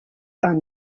and